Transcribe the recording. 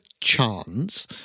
chance